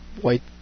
white